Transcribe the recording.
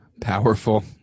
powerful